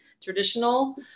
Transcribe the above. traditional